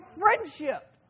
friendship